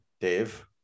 Dave